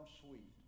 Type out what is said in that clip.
sweet